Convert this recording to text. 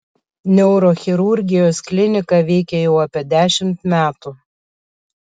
neurochirurgijos klinika veikia jau apie dešimt metų